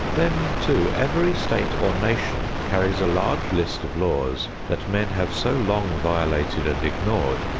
then, too, every state or nation carries a large list of laws that men have so long violated and ignored,